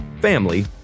family